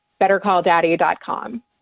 bettercalldaddy.com